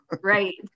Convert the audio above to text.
Right